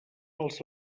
els